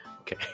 Okay